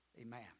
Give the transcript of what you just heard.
Amen